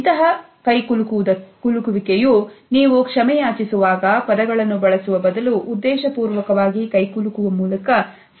ಇಂತಹ ಕೈಗೊಳ್ಳುವುದಕ್ಕೆ ಯು ನೀವು ಕ್ಷಮೆಯಾಚಿಸುವಾಗ ಪದಗಳನ್ನು ಬಳಸುವ ಬದಲು ಉದ್ದೇಶಪೂರ್ವಕವಾಗಿ ಕೈಕುಲುಕುವ ಮೂಲಕ ಸಂವಹನ ನಡೆಸಬಹುದು